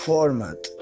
Format